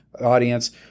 Audience